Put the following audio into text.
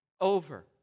over